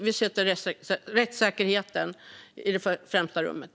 Vi sätter rättssäkerheten i det främsta rummet.